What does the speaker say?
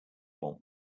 want